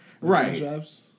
right